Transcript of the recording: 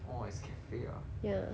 orh it's cafe ah